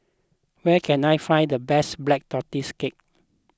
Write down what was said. where can I find the best Black Tortoise Cake